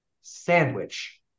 sandwich